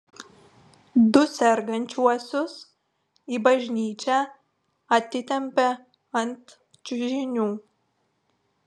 du sergančiuosius į bažnyčią atitempė ant čiužinių